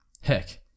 Heck